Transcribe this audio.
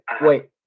wait